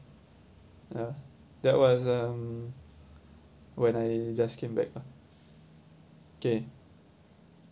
ya that was um when I just came back lah okay